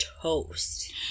toast